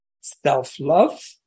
self-love